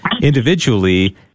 individually